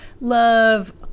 love